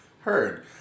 heard